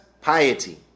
Piety